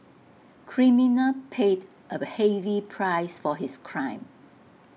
criminal paid A heavy price for his crime